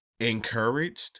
Encouraged